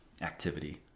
activity